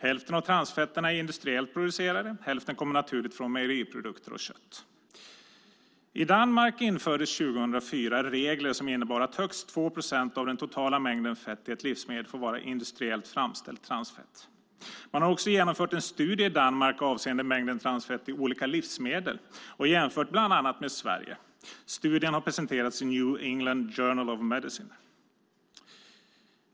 Hälften av transfetterna är industriellt producerade, hälften kommer naturligt från mejeriprodukter och kött. I Danmark infördes 2004 regler som innebär att högst 2 procent av den totala mängden fett i ett livsmedel får vara industriellt framställt transfett. Man har också genomfört en studie i Danmark avseende mängden transfett i olika livsmedel och jämfört bland annat med Sverige. Studien har presenterats i The New England Journal of Medicine.